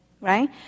right